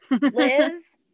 Liz